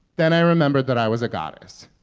then i remembered that i was a goddess.